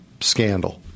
Scandal